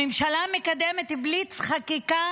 הממשלה מקדמת בליץ חקיקה